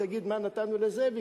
תגיד מה נתנו לזאביק.